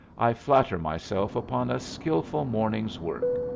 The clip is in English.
i flatter myself upon a skilful morning's work.